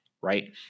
Right